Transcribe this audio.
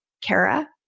Kara